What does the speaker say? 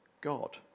God